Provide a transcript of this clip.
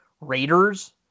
Raiders